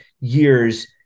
years